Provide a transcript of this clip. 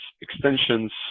extensions